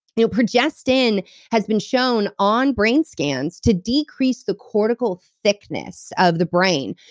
you know progestin has been shown, on brain scans, to decrease the cortical thickness of the brain,